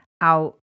out